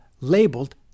labeled